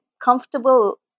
comfortable